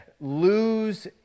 lose